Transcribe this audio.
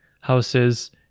houses